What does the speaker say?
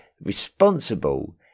responsible